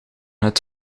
het